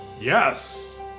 Yes